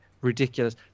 ridiculous